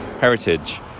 Heritage